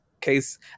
case